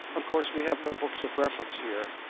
of course we have no books of reference here,